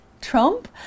Trump